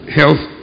health